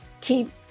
keep